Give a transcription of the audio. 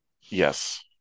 Yes